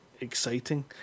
exciting